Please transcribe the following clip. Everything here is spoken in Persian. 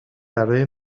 برای